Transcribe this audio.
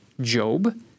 Job